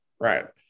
Right